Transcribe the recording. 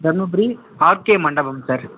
Dharmapuri RK மண்டபம் sir